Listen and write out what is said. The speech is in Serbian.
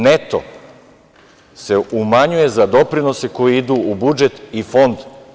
Neto se umanjuje za doprinose koji idu u budžet i PIO fond.